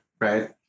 right